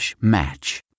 match